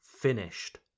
finished